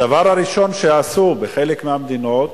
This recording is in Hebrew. הדבר הראשון שעשו, בחלק מהמדינות,